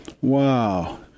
Wow